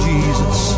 Jesus